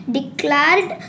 Declared